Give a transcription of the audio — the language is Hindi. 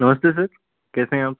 नमस्ते सर कैसे है आप